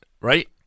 right